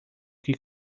que